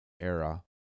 era